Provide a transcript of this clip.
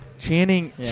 Channing